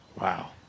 Wow